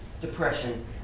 depression